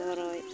ᱛᱚᱨᱚᱡ